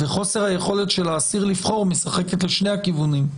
וחוסר היכולת של האסיר לבחור משחקת לשני הכיוונים.